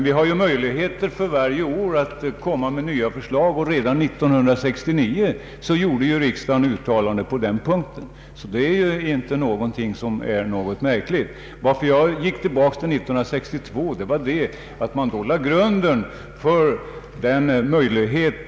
Vi har ju möjligheter att varje år komma med nya förslag, och 1969 gjorde riksdagen ett uttalande på den punkten, så det är inte något märkligt.